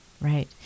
Right